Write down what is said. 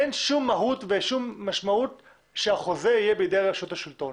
אין שום מהות ושום משמעות שהחוזה יהיה בידי רשות השלטון.